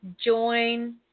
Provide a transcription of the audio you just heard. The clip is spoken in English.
join